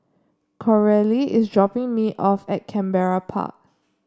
Coralie is dropping me off at Canberra Park